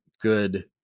good